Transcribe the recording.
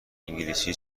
انگلیسی